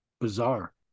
bizarre